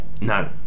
no